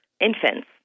infants